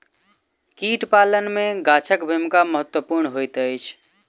कीट पालन मे गाछक भूमिका महत्वपूर्ण होइत अछि